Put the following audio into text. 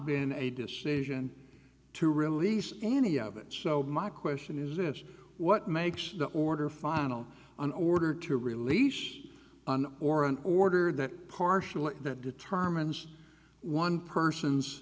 been a decision to release any of it so my question is what makes the order final an order to release on or an order that partially determines one person's